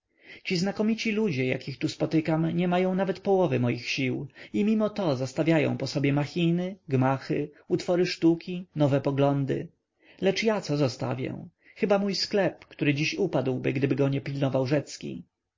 ci znakomici ludzie jakich tu spotykam nie mają nawet połowy moich sił i mimo to zostawiają po sobie machiny gmachy utwory sztuki nowe poglądy lecz ja co zostawię chyba mój sklep który dziś upadłby gdyby go nie pilnował